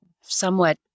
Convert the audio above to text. somewhat